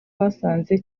basanze